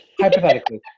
Hypothetically